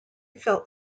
felt